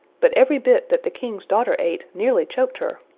but every bit that the king's daughter ate nearly choked her,